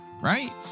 Right